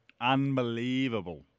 Unbelievable